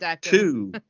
two